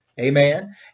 amen